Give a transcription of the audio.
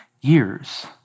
years